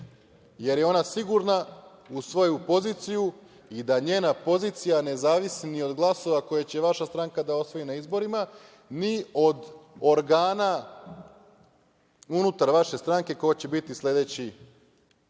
jer je ona sigurna u svoju poziciju i da njena pozicija ne zavisi ni od glasova koje će vaša stranka da osvoji na izborima, ni od organa unutar vaše stranke ko će biti sledeći